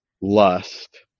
Lust